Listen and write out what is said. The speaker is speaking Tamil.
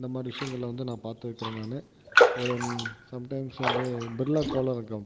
இந்த மாதிரி விஷயங்களில் வந்து நான் பார்த்துருக்கிறேன் நான் ஒரு சம்டைம்ஸ் வந்து பிர்லா கோளரங்கம்